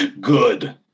Good